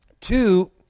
Two